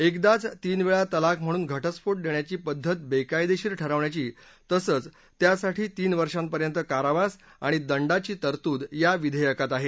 एकदाच तीनवेळा तलाख म्हणून घटस्फोट घेण्याची पद्धत बेकायदेशीर ठरवण्याची तसंच त्यासाठी तीन वर्षांपर्यंत कारावास आणि दंडाची तरतूद या विधेयकात आहे